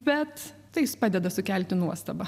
bet tai jis padeda sukelti nuostabą